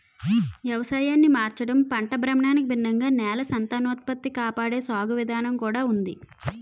వ్యవసాయాన్ని మార్చడం, పంట భ్రమణానికి భిన్నంగా నేల సంతానోత్పత్తి కాపాడే సాగు విధానం కూడా ఉంది